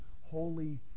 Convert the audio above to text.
Holy